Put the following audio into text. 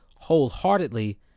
wholeheartedly